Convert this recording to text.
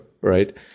right